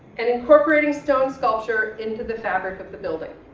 and incorporating stone sculpture into the fabric of the building.